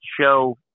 show